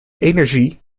energie